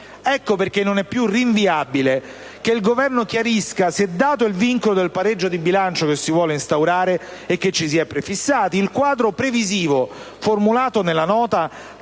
Ecco perché non è più rinviabile che il Governo chiarisca se, dato il vincolo del pareggio di bilancio che si vuole instaurare e che ci si è prefissati, il quadro previsivo formulato nella Nota